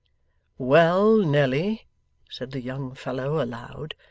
well, nelly said the young fellow aloud.